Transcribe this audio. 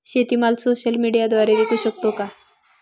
शेतीमाल सोशल मीडियाद्वारे विकू शकतो का?